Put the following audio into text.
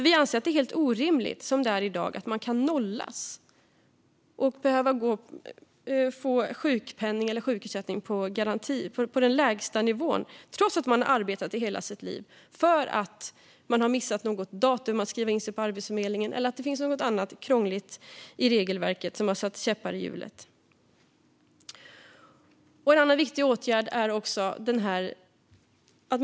Vi anser att det är helt orimligt som det är i dag: att man kan nollas och behöva få sjukpenning eller sjukersättning på den lägsta nivån trots att man har arbetat i hela sitt liv för att man har missat att skriva in sig på Arbetsförmedlingen något datum eller för att det finns något annat krångligt i regelverket som har satt käppar i hjulet.